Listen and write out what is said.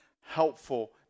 helpful